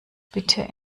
bitte